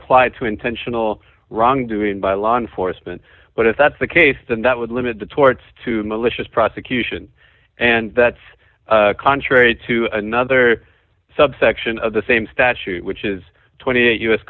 apply to intentional wrongdoing by law enforcement but if that's the case then that would limit the torts to malicious prosecution and that's contrary to another subsection of the same statute which is twenty eight